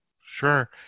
Sure